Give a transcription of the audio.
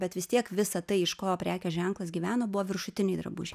bet vis tiek visa tai iš ko prekės ženklas gyveno buvo viršutiniai drabužiai